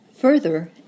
Further